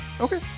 Okay